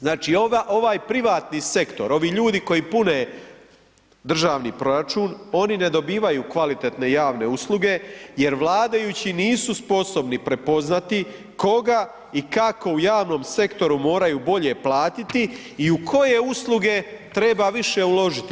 Znači ovaj privatni sektor, ovi ljudi koji pune državni proračun oni ne dobivaju kvalitetne javne jer vladajući nisu sposobni prepoznati koga i kako u javnom sektoru moraju bolje platiti i u koje usluge treba više uložiti.